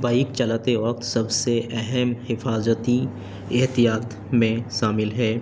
bike چلاتے وقت سب سے اہم حفاظتی احتیاط میں شامل ہے